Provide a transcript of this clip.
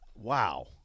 wow